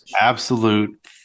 Absolute